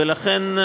ולכן,